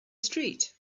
street